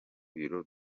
biro